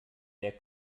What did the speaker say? der